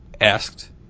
asked